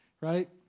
right